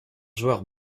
joueurs